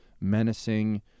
menacing